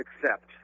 accept